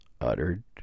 uttered